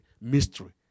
mystery